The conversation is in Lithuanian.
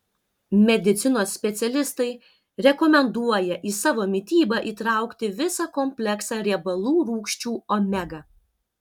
medicinos specialistai rekomenduoja į savo mitybą įtraukti visą kompleksą riebalų rūgščių omega